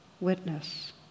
witness